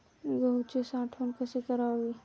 गहूची साठवण कशी करावी?